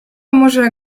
może